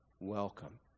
welcome